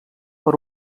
per